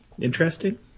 Interesting